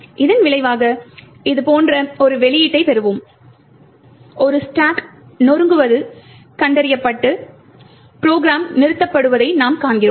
இதன் விளைவாக இது போன்ற ஒரு வெளியீட்டைப் பெறுவோம் ஒரு ஸ்டாக் நொறுக்குவது கண்டறியப்பட்டு ப்ரோகிராம் நிறுத்தப்படுவதை நாம் காண்கிறோம்